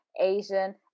Asian